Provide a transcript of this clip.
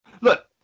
Look